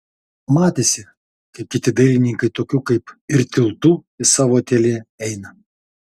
matėsi kaip kiti dailininkai tokiu kaip ir tiltu į savo ateljė eina